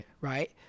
Right